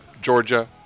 Georgia